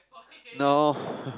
no